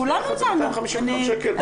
ביחד זה 250 מיליון שקל.